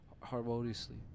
harmoniously